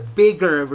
bigger